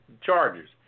chargers